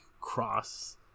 cross